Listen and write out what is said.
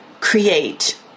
create